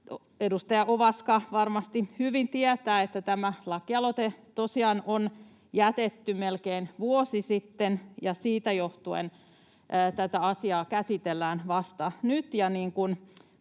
Edustaja Ovaska varmasti hyvin tietää, että tämä lakialoite tosiaan on jätetty melkein vuosi sitten mutta tätä asiaa käsitellään vasta nyt,